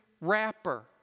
rapper